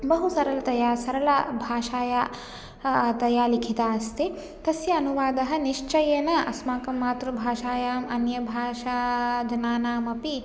बहु सरलतया सरलभाषया तया लिखिता अस्ति तस्य अनुवादः निश्चयेन अस्माकं मातृभाषायाम् अन्यभाषा जनानामपि